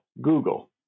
Google